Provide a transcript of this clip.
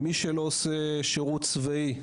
מי שלא עושה שירות צבאי,